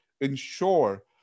ensure